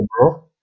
bro